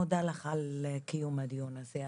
אני מודה לך על קיום הדיון הזה.